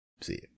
See